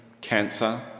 cancer